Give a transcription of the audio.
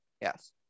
Yes